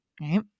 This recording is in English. Right